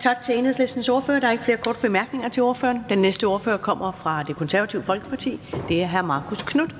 Tak til Enhedslistens ordfører. Der er ikke flere korte bemærkninger til ordføreren. Den næste ordfører er fra Det Konservative Folkeparti, og det er hr. Marcus Knuth.